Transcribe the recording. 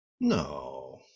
No